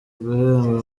guhemba